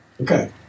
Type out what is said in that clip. Okay